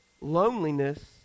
loneliness